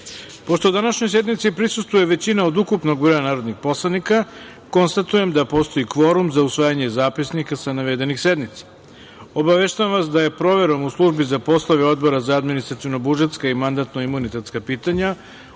današnjoj sednici prisustvuje većina od ukupnog broja narodnih poslanika, konstatujem da postoji kvorum za usvajanje zapisnika sa navedenih sednica. Obaveštavam vas da je proverom u Službi za poslove Odbora za administrativno-budžetska i mandatno-imunitetska pitanja